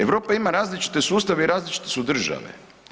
Europa ima različite sustave i različite su države.